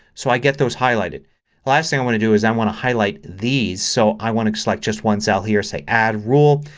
so i get those highlighted. the last thing i want to do is i want to highlight these. so i want to select just one cell here. say add a rule.